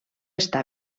està